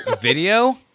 Video